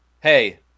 hey